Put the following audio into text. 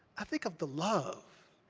i think of the love.